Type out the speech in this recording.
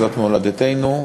זו מולדתנו.